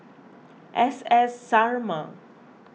S S Sarma